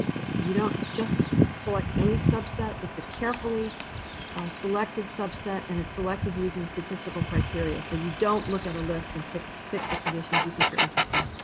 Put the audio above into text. you don't just select any subset. it's a carefully selected subset, and it's selected using statistical criteria. so you don't look at a list and pick pick the conditions you think are interesting.